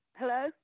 Hello